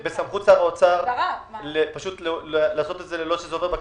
בסמכות שר האוצר פשוט לעשות את זה ללא שזה עובר בכנסת?